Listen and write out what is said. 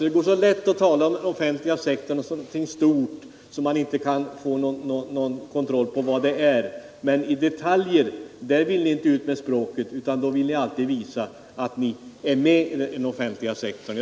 Det går så lätt att tala om den offentliga sektorn såsom någonting stort som man inte kan få kontroll över, men i detaljer vill ni inte ut med språket, utan då vill ni visa att ni är med om utbyggnaden av den offentliga sektorn.